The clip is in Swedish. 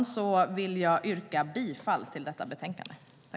Med det vill jag yrka bifall till förslaget i detta betänkande.